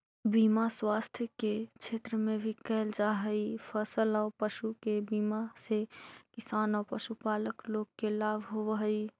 बीमा स्वास्थ्य के क्षेत्र में भी कैल जा हई, फसल औ पशु के बीमा से किसान औ पशुपालक लोग के लाभ होवऽ हई